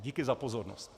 Díky za pozornost.